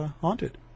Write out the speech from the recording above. haunted